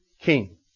king